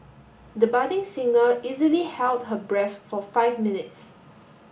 the budding singer easily held her breath for five minutes